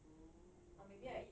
oh